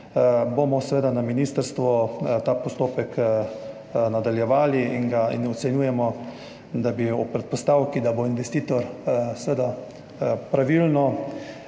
bomo seveda na ministrstvu ta postopek nadaljevali in ocenjujemo, da bi ob predpostavki, da bo investitor seveda pravilno